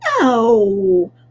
No